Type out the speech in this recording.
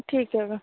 ਠੀਕ ਹੈ